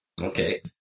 Okay